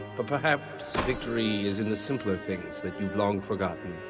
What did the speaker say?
but perhaps victory is in the simpler things that you've long forgotten.